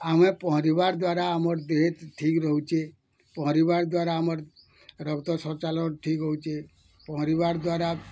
ଆମେ ପହଁରିବାର୍ ଦ୍ୱାରା ଆମର୍ ଦେହେ ଠିକ୍ ରହୁଛେ ପହଁରିବା ଦ୍ୱାରା ଆମର୍ ରକ୍ତ ସଞ୍ଚାଳନ୍ ଠିକ୍ ହଉଛେ ପହଁରିବା ଦ୍ୱାରା